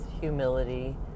humility